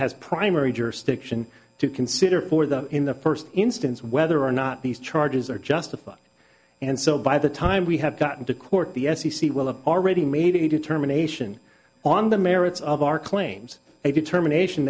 has primary jurisdiction to consider for the in the first instance whether or not these charges are justified and so by the time we have got into court the f c c will of already made a determination on the merits of our claims a determination